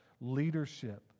leadership